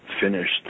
finished